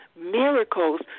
miracles